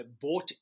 bought